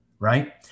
right